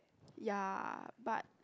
ya but